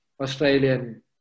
Australian